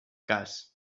cas